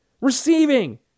receiving